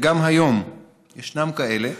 וגם היום יש כאלה